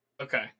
Okay